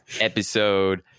episode